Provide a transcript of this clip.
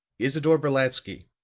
isidore brolatsky,